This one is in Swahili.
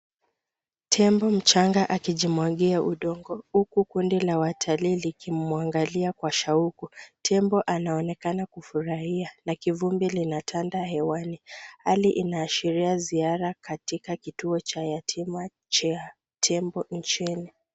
Tembo mchaga akijimwagia udogo. Huku kundi la watalii likimwangalia kwa shauku. Tembo anaonekana kufurahia na kivumbi linatanda hewani. Hali inaashiria ziara katika kituo cha yatima cha tembo nchini.